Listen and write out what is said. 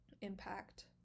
impact